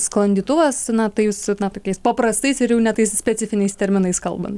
sklandytuvas na tai su na tokiais paprastais ir jau ne tais specifiniais terminais kalbant